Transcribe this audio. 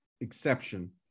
exception